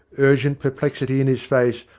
urgent perplexity in his face,